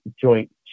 Joint